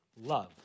love